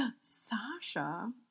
Sasha